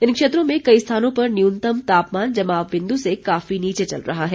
इन क्षेत्रों में कई स्थानों पर न्यूनतम तापमान जमाव बिंदु से काफी नीचे चल रहा है